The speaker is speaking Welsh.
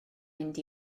mynd